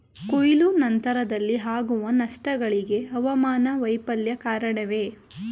ಕೊಯ್ಲು ನಂತರದಲ್ಲಿ ಆಗುವ ನಷ್ಟಗಳಿಗೆ ಹವಾಮಾನ ವೈಫಲ್ಯ ಕಾರಣವೇ?